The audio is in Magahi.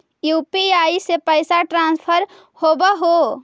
यु.पी.आई से पैसा ट्रांसफर होवहै?